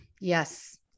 Yes